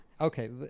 Okay